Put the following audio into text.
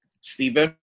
Stephen